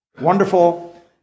wonderful